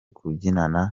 kubyinana